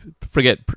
forget